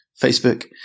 Facebook